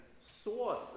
source